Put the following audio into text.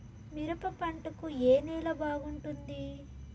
మిరప పంట కు ఏ నేల బాగుంటుంది?